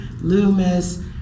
Loomis